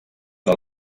del